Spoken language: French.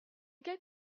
quelle